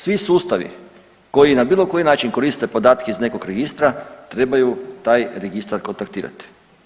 Svi sustavi koji na bilo koji način koriste podatke iz nekog registra trebaju taj registar kontaktirati.